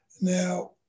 Now